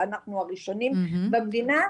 ואנחנו ראשונים במדינה,